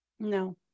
No